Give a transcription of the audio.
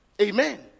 Amen